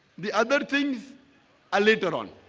the other things are later on.